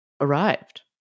arrived